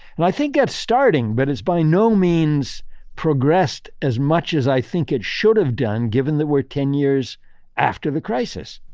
and i think that's starting, but it's by no means progressed as much as i think it should have done given that we're ten years after the crisis.